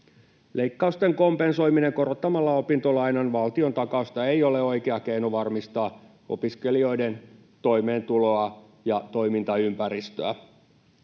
Leikkausten kompensoiminen korottamalla opintolainan valtiontakausta ei ole oikea keino varmistaa opiskelijoiden toimeentuloa ja toimintaympäristöä.